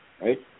right